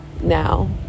now